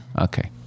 Okay